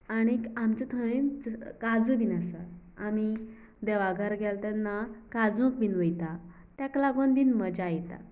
आनीक आमचो थंयच काजू बीन आसा आमी देवाघरां गेलां तेन्ना काजूक बीन वयतात ताका लागून बीन मजा येता